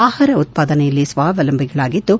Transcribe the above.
ಆಹಾರ ಉತ್ವಾದನೆಯಲ್ಲಿ ಸ್ವಾವಲಂಬಿಗಳಾಗಿದ್ದು